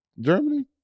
Germany